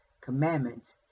commandments